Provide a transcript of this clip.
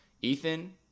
Ethan